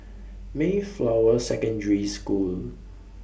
Mayflower Secondary School